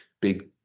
big